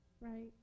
right